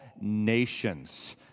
nations